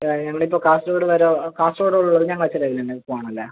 ഇവിടെ ഇപ്പോൾ കാസർഗോഡു വരെ കാസർഗോഡ് ഉള്ളത് വരെ ഞങ്ങളെ ചിലവിന് തന്നെ പോകണം അല്ലേ